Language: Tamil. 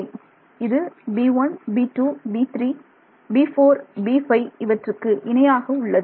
இது b1 b2 b3 b4 b5 இவற்றுக்கு இணையாக உள்ளது